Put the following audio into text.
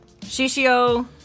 Shishio